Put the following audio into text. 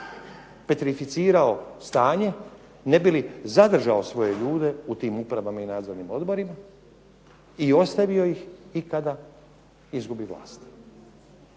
petrificirao stanje, ne bi li zadržao svoje ljude u tim upravama i nadzornim odborima i ostavio ih i kada izgubi vlast.